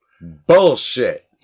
Bullshit